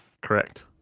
Correct